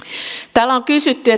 täällä on kysytty